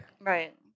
Right